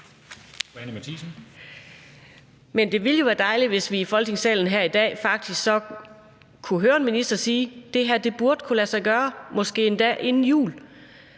Men det ville jo være dejligt, hvis vi i Folketingssalen her i dag faktisk kunne høre en minister sige, at det her burde kunne lade sig gøre, måske endda inden jul.